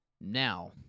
Now